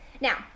Now